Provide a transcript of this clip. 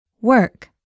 Work